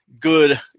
good